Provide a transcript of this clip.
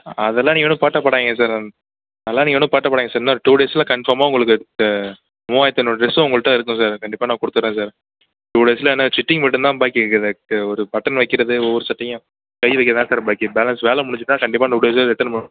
அதெல்லாம் நீங்கள் ஒன்றும் பதட்டப்படாதிங்க சார் அதெல்லாம் நீங்கள் ஒன்றும் பதட்டப்படாதிங்க சார் ஒன்றும் ஒரு டூ டேஸ்ஸில் கன்ஃபார்மாக உங்குளுக்கு மூவாயிரத்தி இரநூறு டிரஸ்ஸும் உங்கள்ட்ட இருக்கும் சார் கண்டிப்பாக நான் கொடுத்துர்றன் சார் டூ டேஸில் இன்னும் ஸ்டிச்சிங் மட்டும் தான் பாக்கி இருக்குது எனக்கு ஒரு பட்டன் வைக்கிறது ஒவ்வொரு சட்டையும் கை வைக்கிறது தான் சார் பாக்கி பேலன்ஸ் வேலை முடிஞ்சுட்டா கண்டிப்பாக டூ டேஸில் ரிட்டன் பண்ணுவோம்